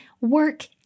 Work